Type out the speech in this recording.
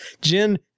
Jen